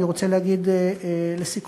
אני רוצה להגיד לסיכום,